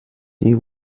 die